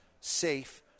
safe